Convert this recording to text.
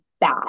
bad